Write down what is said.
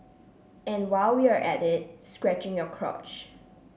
and while we're at it scratching your crotch